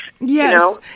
Yes